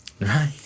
Right